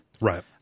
Right